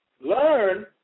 Learn